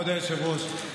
כבוד היושב-ראש,